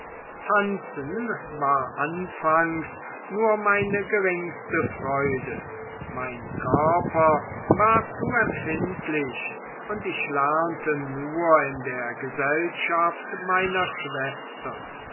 tanzen war anfangs nur meine geringste freude mein körper war zu empfindlich und ich lernte nur in der gesellschaft meiner schwester